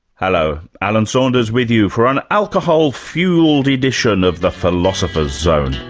hello, alan saunders with you for an alcohol-fuelled edition of the philosopher's zone.